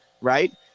right